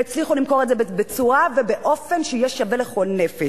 והצליחו למכור את זה בצורה ובאופן שהיה שווה לכל נפש.